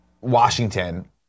Washington